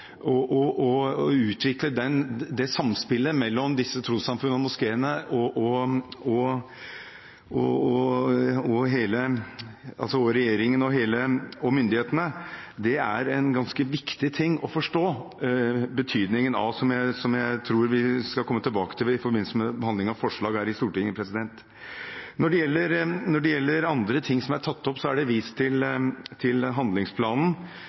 og utvikle samspillet mellom disse trossamfunnene, moskeene, regjeringen og myndighetene er det ganske viktig å forstå betydningen av, som jeg tror vi skal komme tilbake til i forbindelse med behandlingen av forslag her i Stortinget. Når det gjelder andre ting som er tatt opp, er det vist til handlingsplanen som regjeringen har laget om sosial kontroll og retten til